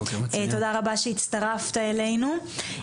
תודה רבה שהצטרפת אלינו.